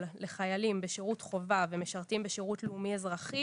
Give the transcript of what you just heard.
לחיילים בשירות חובה ומשרתים בשירות לאומי אזרחי